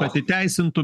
kad įteisintų